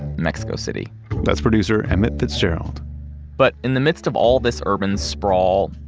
mexico city that's producer emmet fitzgerald but in the midst of all this urban sprawl,